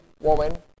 woman